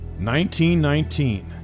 1919